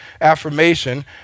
affirmation